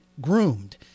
groomed